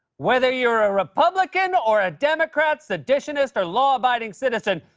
whether you're a republican or a democrat, seditionist or law-abiding citizen,